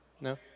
No